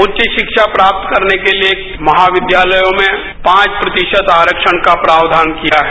उच्च शिक्षा प्राप्त करने के लिए महाविद्यालयों में पांच प्रतिशत आरक्षण का प्रावधान किया है